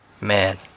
Man